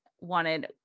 wanted